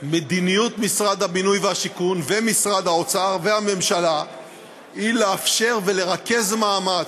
מדיניות משרד הבינוי והשיכון ומשרד האוצר והממשלה היא לאפשר ולרכז מאמץ,